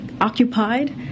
occupied